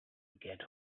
get